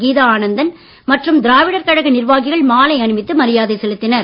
கீதா ஆனந்தன் மற்றும் திராவிடர் கழக நிர்வாகிகள் மாலை அணிவித்து மரியாதை செலுத்தினர்